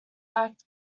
act